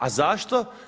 A zašto?